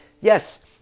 Yes